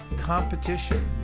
competition